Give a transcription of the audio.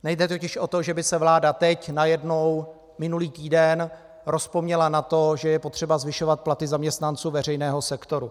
Nejde totiž o to, že by se vláda teď najednou minulý týden rozpomněla na to, že je potřeba zvyšovat platy zaměstnanců veřejného sektoru.